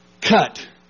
Cut